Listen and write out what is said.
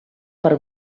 per